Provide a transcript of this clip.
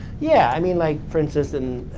yeah. i mean, like for instance, in